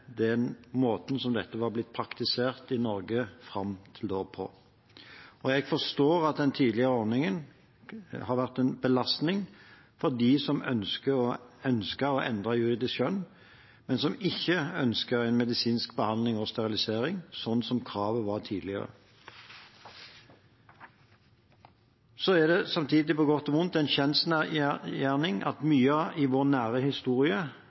den måten som dette var blitt praktisert på i Norge fram til da. Jeg forstår at den tidligere ordningen har vært en belastning for dem som ønsket å endre juridisk kjønn, men som ikke ønsket en medisinsk behandling og sterilisering, slik kravet var tidligere. Samtidig er det, på godt og vondt, en kjensgjerning at det er mye i vår nære historie